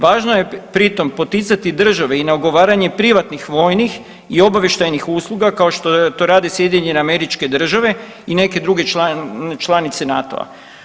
Važno je pritom poticati države i na ugovaranje privatnih vojnih i obavještajnih usluga, kao što to rade SAD i neke druge članice NATO-a.